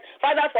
Father